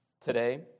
today